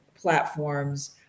platforms